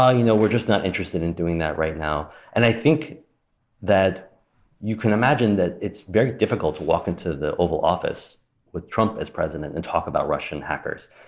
oh, you know we're just not interested in doing that right now. and i think that you can imagine that it's very difficult to walk into the oval office with trump as president and talk about russian hackers.